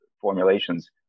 formulations